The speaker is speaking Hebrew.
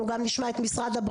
רק משפט אחד